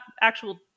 actual